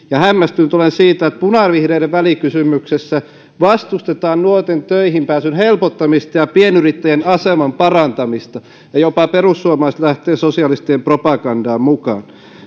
ja olen hämmästynyt siitä että punavihreiden välikysymyksessä vastustetaan nuorten töihin pääsyn helpottamista ja pienyrittäjien aseman parantamista ja jopa perussuomalaiset lähtevät sosialistien propagandaan mukaan